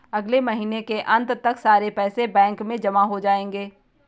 अगले महीने के अंत तक सारे पैसे बैंक में जमा हो जायेंगे